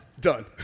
Done